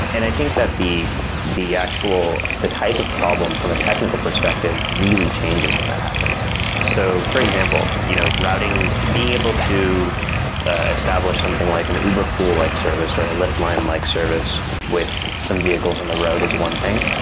and i think that the the actual the type of problem from a technical perspective really changes when that happens so for example, you know routing being able to establish something like an uberpool-like service, or a lyft line-like service with some vehicles on the road is one thing.